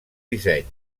disseny